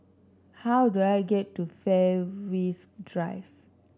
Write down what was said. how do I get to Fairways Drive